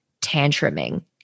tantruming